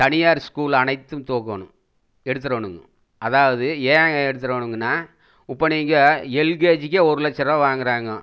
தனியார் ஸ்கூல் அனைத்தும் தூக்கணும் எடுத்துறணுங்க அதாவது ஏன் எடுத்துறணுங்கன்னா சொன்னால் இப்போ நீங்கள் எல்கேஜிக்கே ஒரு லட்ச ரூபாய் வாங்குகிறாங்க